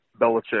Belichick